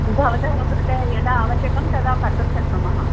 भवतः कृते यदा आवश्यकं तदा कर्तुं शक्नुमः